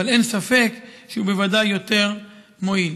אבל אין ספק שהוא בוודאי יותר מועיל.